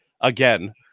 again